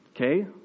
Okay